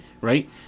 right